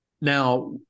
Now